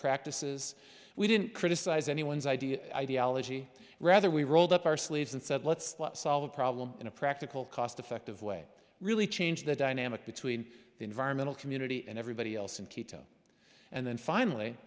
practices we didn't criticize anyone's ideas ideology rather we rolled up our sleeves and said let's solve the problem in a practical cost effective way really change the dynamic between the environmental community and everybody else in quito and then finally